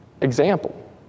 example